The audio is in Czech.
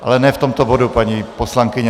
Ale ne v tomto bodu, paní poslankyně.